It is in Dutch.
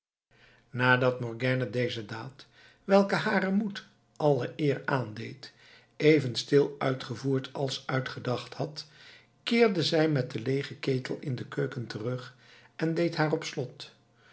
nadat morgiane deze daad welke haren moed alle eer aandeed even stil uitgevoerd als uitgedacht had keerde zij met den leegen ketel in de keuken terug en deed haar op slot